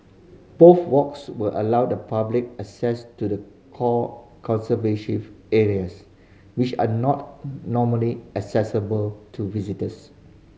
both walks will allow the public access to the core conservation areas which are not normally accessible to visitors